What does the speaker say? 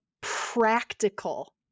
practical